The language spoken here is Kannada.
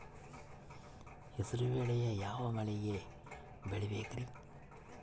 ಹೆಸರುಬೇಳೆಯನ್ನು ಯಾವ ಮಳೆಗೆ ಬೆಳಿಬೇಕ್ರಿ?